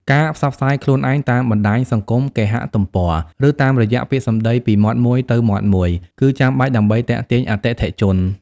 ការផ្សព្វផ្សាយខ្លួនឯង តាមបណ្តាញសង្គម គេហទំព័រ ឬតាមរយៈពាក្យសម្តីពីមាត់មួយទៅមាត់មួយ គឺចាំបាច់ដើម្បីទាក់ទាញអតិថិជន។